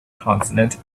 consonant